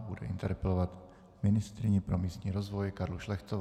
Bude interpelovat ministryni pro místní rozvoj Karlu Šlechtovou.